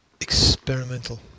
experimental